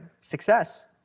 success